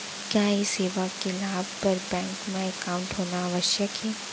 का ये सेवा के लाभ बर बैंक मा एकाउंट होना आवश्यक हे